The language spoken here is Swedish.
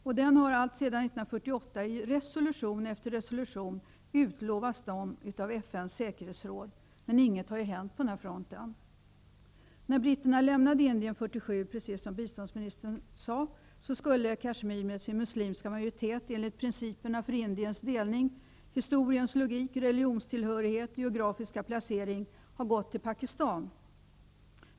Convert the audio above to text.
En sådan har alltsedan 1948 i resolution efter resolution utlovats av FN:s säkerhetsråd, men inget har hänt på den fronten. När britterna lämnade Indien 1947 -- som biståndsministern sade -- skulle Kashmir med sin muslimska majoritet, enligt principerna för Indiens delning, historiens logik, religionstillhörighet och geografiska placering ha gått till Pakistan.